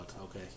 okay